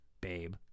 babe